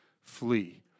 flee